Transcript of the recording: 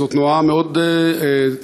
זאת תנועה מאוד צעירה,